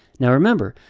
now remember,